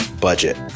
budget